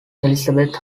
elisabeth